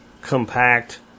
compact